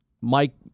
Mike